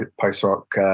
post-rock